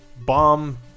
bomb